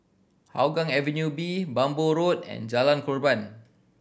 Hougang Avenue B Bhamo Road and Jalan Korban